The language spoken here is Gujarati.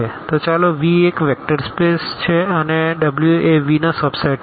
તો ચાલો Vએક વેક્ટર સ્પેસ છે અને W એ V નો સબ સેટ છે